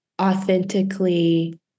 authentically